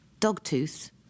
Dogtooth